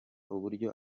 uburyo